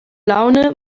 laune